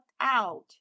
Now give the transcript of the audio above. out